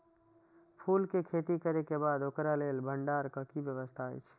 फूल के खेती करे के बाद ओकरा लेल भण्डार क कि व्यवस्था अछि?